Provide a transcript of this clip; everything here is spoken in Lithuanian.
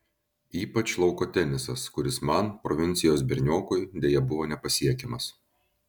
ypač lauko tenisas kuris man provincijos berniokui deja buvo nepasiekiamas